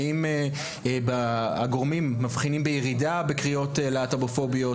האם הגורמים מבחינים בירידה בקריאות להט"בופוביות,